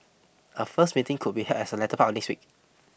a first meeting could be held as the latter part of next week